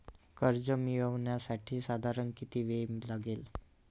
कर्ज मिळविण्यासाठी साधारण किती वेळ लागेल?